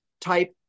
type